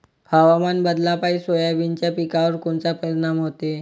हवामान बदलापायी सोयाबीनच्या पिकावर कोनचा परिणाम होते?